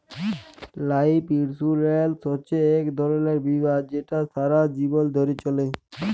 life insurance হছে ইক ধরলের বীমা যেট সারা জীবল ধ্যরে চলে